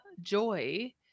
joy